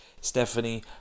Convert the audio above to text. Stephanie